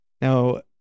Now